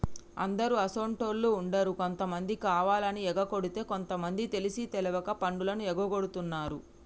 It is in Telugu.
అందరు అసోంటోళ్ళు ఉండరు కొంతమంది కావాలని ఎగకొడితే కొంత మంది తెలిసి తెలవక పన్నులు ఎగగొడుతున్నారు